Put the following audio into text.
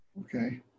Okay